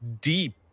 deep